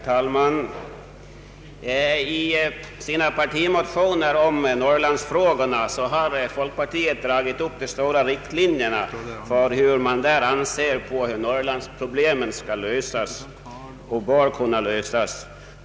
Herr talman! I sina partimotioner om Norrlandsfrågorna har folkpartiet dragit upp de stora riktlinjerna för hur partiet anser att Norrlandsproblemen bör kunna lösas.